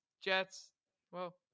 Jets—well